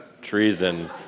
Treason